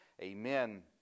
Amen